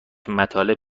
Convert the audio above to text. مطالب